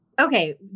Okay